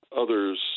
others